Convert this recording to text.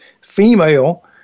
female